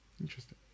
Interesting